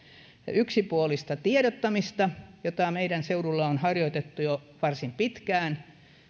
yksipuolista tiedottamista jota meidän seudullamme on harjoitettu jo varsin pitkään